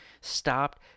stopped